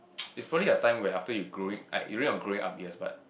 it's probably a time where after you growing like during your growing up years but